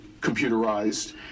computerized